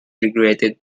regretted